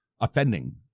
offending